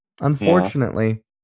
Unfortunately